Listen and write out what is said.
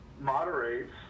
moderates